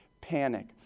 panic